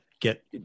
get